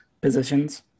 positions